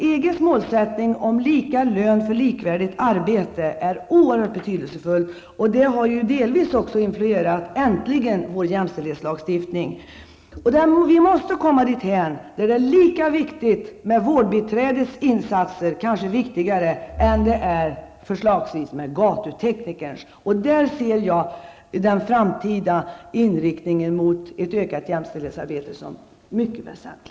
EGs målsättning om lika lön för likvärdigt arbete är oerhört betydelsefull. Detta har delvis också, äntligen, influerat vår jämställdhetslagstiftning. Vi måste komma dithän att det är lika viktigt med vårdbiträdets insatser som det är med förslagsvis gatuteknikerns. Jag ser den framtida inriktningen mot ett ökat jämställdhetsarbete som mycket väsentlig.